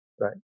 right